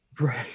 Right